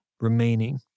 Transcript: remaining